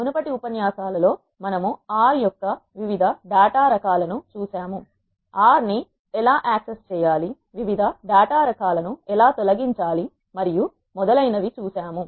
మునుపటి ఉపన్యాసాలలో మనము ఆర్ R యొక్క వివిధ డేటా రకాలను చూసాము ఆర్ R ని ఎలా యాక్సెస్ చేయాలి వివిధ డేటా రకాలను ఎలా తొలగించాలి మరియు మొదలైనవి చూసాము